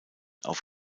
auf